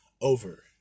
over